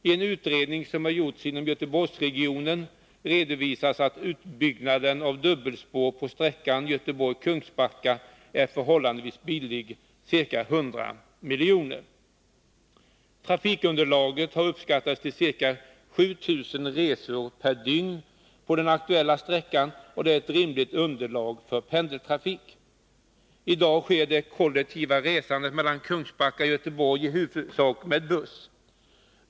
I en utredning som gjorts inom Göteborgsregionen redovisas att utbyggnaden av dubbelspår på sträckan Göteborg-Kungsbacka är förhållandevis billig— ca 100 milj.kr. Trafikunderlaget har uppskattats till ca 7 000 resor per dygn på den aktuella sträckan, och det är ett rimligt underlag för pendeltrafik. I dag sker det kollektiva resandet mellan Kungsbacka och Göteborg i huvudsak med buss.